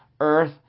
Earth